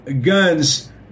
guns